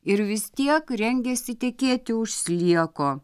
ir vis tiek rengėsi tekėti už slieko